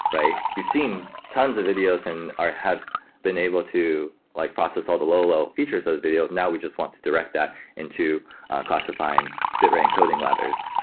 you've seen tons of videos and or have been able to like process all the low-low features of the video, now we just want to direct that into classifying bitrate encoding ladders,